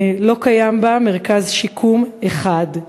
לא קיים שם מרכז שיקום אחד.